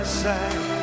side